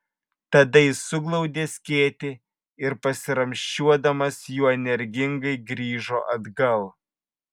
tada jis suglaudė skėtį ir pasiramsčiuodamas juo energingai grįžo atgal